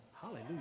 Hallelujah